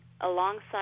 alongside